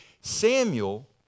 Samuel